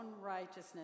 righteousness